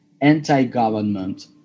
anti-government